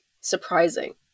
surprising